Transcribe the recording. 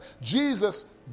Jesus